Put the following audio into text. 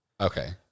Okay